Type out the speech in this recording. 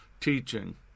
teaching